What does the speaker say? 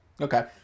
Okay